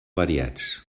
variats